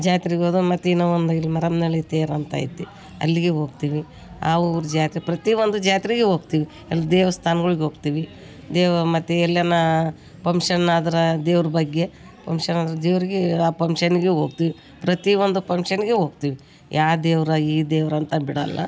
ಜಾತ್ರೆಗ್ ಹೋದವ್ ಮತ್ತು ಇನ್ನು ಒಂದು ಇಲ್ಲಿ ಮರಿಯಮ್ನಳ್ಳಿ ತೇರು ಅಂತೈತಿ ಅಲ್ಲಿಗೆ ಹೋಗ್ತೀವಿ ಆ ಊರು ಜಾತ್ರೆ ಪ್ರತಿ ಒಂದು ಜಾತ್ರೆಗೆ ಹೋಗ್ತೀವಿ ಅಲ್ಲಿ ದೇವಸ್ಥಾನ್ಗುಳಿಗ್ ಹೋಗ್ತೀವಿ ದೇವ ಮತ್ತು ಎಲ್ಯಾನ ಪಮ್ಷನ್ ಆದ್ರೆ ದೇವ್ರ ಬಗ್ಗೆ ಪಮ್ಷನ್ ಅಂದ್ರೆ ದೇವ್ರಿಗೆ ಆ ಪಮ್ಷನ್ಗೆ ಹೋಗ್ತೀವ್ ಪ್ರತಿ ಒಂದು ಪಮ್ಷನ್ಗೆ ಹೋಗ್ತೀವಿ ಯಾ ದೇವ್ರು ಈ ದೇವ್ರು ಅಂತ ಬಿಡೋಲ್ಲ